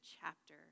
chapter